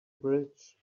bridge